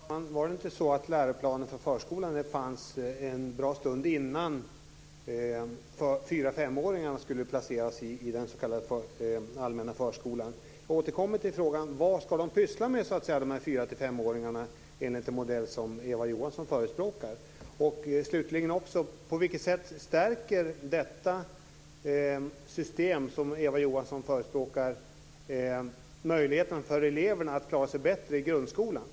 Fru talman! Var det inte så att läroplanen för förskolan fanns en bra stund innan fyra och femåringarna skulle placeras i den s.k. allmänna förskolan? Jag återkommer vidare till frågan om vad de här fyra och femåringarna så att säga ska pyssla med enligt den modell som Eva Johansson förespråkar. Slutligen undrar jag också på vilket sätt det system som Eva